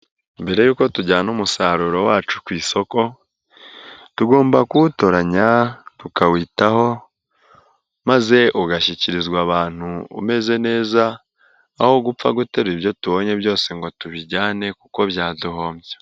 Mbere y'uko tujyana umusaruro wacu ku isoko tugomba kuwutoranya tukawitaho maze ugashyikirizwa abantu umeze neza aho gupfa guterura ibyo tubonye byose ngo tubijyane kuko byaduhombya.